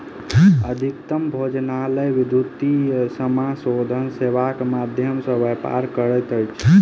अधिकतम भोजनालय विद्युतीय समाशोधन सेवाक माध्यम सॅ व्यापार करैत अछि